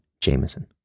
Jameson